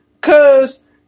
Cause